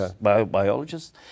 biologists